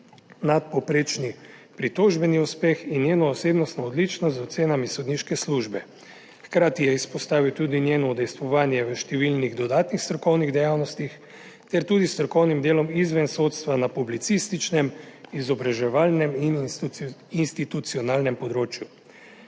nadpovprečni pritožbeni uspeh in njeno osebnostno odličnost z ocenami sodniške službe. Hkrati je izpostavil tudi njeno udejstvovanje v številnih dodatnih strokovnih dejavnostih ter tudi strokovnim delom izven sodstva na publicističnem, izobraževalnem in institucionalnem področju.